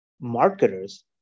marketers